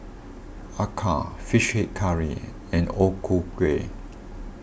Acar Fish Head Curry and O Ku Kueh